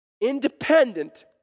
independent